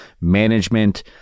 management